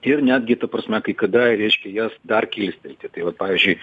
ir netgi ta prasme kai kada reiškia jas dar kilstelti tai vat pavyzdžiui